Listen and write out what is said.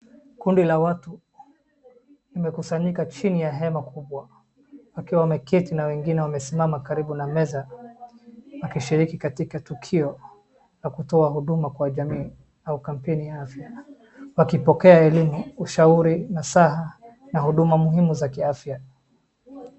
Kundi la watu, limekusanyika chini ya hema kubwa, wakiwa wameketi, na wengine wamesimama karibu na meza wakishiriki katika tukio la kutoa huduma kwa jamii au kampeni ya afya. Wakipokea elimu, ushauri nasaha, na huduma muhimu za kiafya.